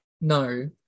no